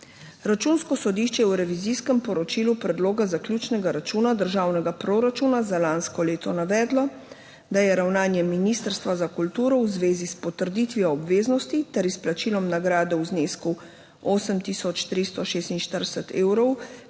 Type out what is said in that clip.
Računsko sodišče je v revizijskem poročilu predloga zaključnega računa državnega proračuna za lansko leto navedlo, da je ravnanje Ministrstva za kulturo v zvezi s potrditvijo obveznosti ter izplačilom nagrade v znesku 8 tisoč